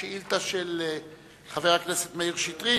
השאילתא הראשונה היא שאילתא של חבר הכנסת מאיר שטרית.